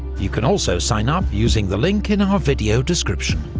you can also sign up using the link in our video description.